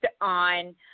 on